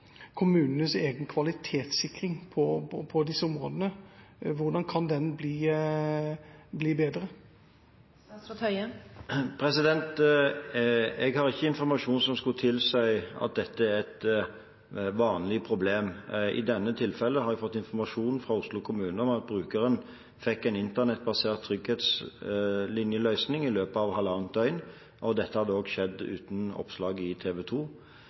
skulle tilsi at dette er et vanlig problem. I dette tilfellet har vi fått informasjon fra Oslo kommune om at brukeren fikk en internettbasert trygghetslinjeløsning i løpet av halvannet døgn, og dette har da skjedd uten oppslag i